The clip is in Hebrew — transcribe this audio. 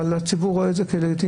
אבל הציבור רואה זאת כלגיטימי.